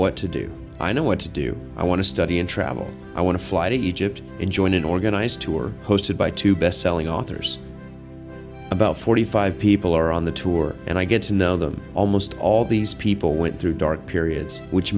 what to do i know what to do i want to study and travel i want to fly to egypt and join an organized tour posted by two bestselling authors about forty five people are on the tour and i get to know them almost all these people went through dark periods which